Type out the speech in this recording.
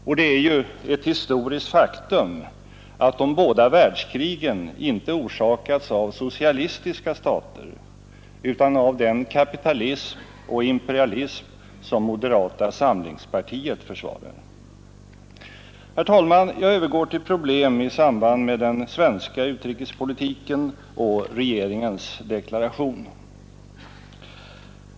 Och det är ju ett historiskt faktum att de båda världskrigen inte orsakats av socialistiska stater utan av den kapitalism och imperialism som moderata samlingspartiet försvarar. Jag övergår sedan, herr talman, till problem i samband med den svenska utrikespolitiken och regeringens deklaration.